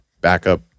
backup